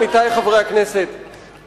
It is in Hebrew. עמיתי חברי הכנסת,